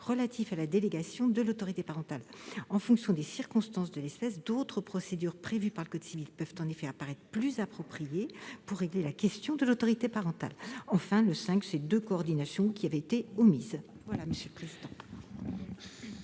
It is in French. relatif à la délégation de l'autorité parentale. En fonction des circonstances de l'espèce, d'autres procédures prévues par le code civil peuvent en effet apparaître plus appropriées pour régler la question de l'autorité parentale. Enfin, le paragraphe III concerne deux coordinations qui avaient été omises.